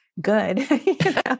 good